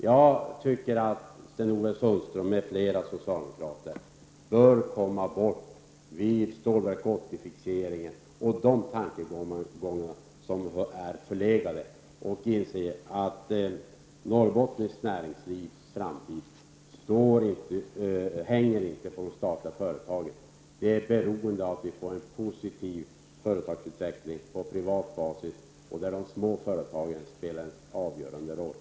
Jag tycker att Sten-Ove Sundström m.fl. socialdemokrater bör komma bort från Stålverk 80-fixeringen och de förlegade tankegångarna och inse att framtiden för Norrbottens näringsliv inte hänger på de statliga företagen. Den är beroende av att vi får en positiv företagsutveckling på privat basis, där de små företagen spelar en avgörande roll.